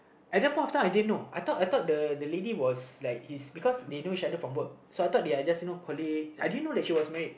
at that point of time I didn't know I thought I thought the the lady was like his because they know each other from work so I thought they are just you know colleague I didn't know that she was married